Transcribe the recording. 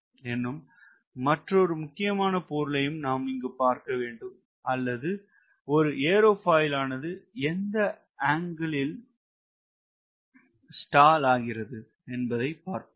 எனும் மற்றுமொரு முக்கியமான பொருளையும் நாம் பார்ப்போம் அல்லது ஒரு ஏரோபாயிலானது எந்த ஆங்கிளில் ஸ்டால் ஆகிறது என்பதை பார்ப்போம்